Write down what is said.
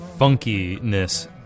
funkiness